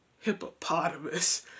hippopotamus